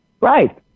right